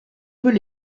peut